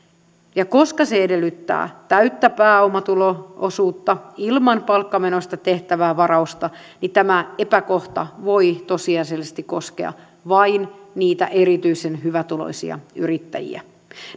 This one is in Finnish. ja koska se edellyttää täyttä pääomatulo osuutta ilman palkkamenoista tehtävää varausta niin tämä epäkohta voi tosiasiallisesti koskea vain niitä erityisen hyvätuloisia yrittäjiä